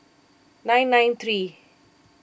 nine nine three